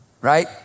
right